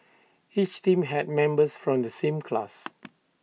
each team had members from the same class